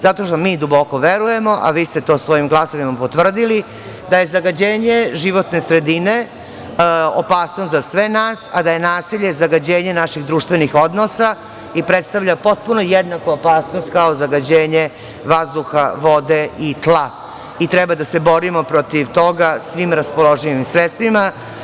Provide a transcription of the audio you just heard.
Zato što mi duboko verujemo, a vi ste to svojim glasovima potvrdili, da je zagađenje životne sredine opasnost za sve nas, a da je nasilje zagađenje naših društvenih odnosa i predstavlja potpuno jednaku opasnost kao zagađenje vazduha, vode i tla i treba da se borimo protiv toga svim raspoloživim sredstvima.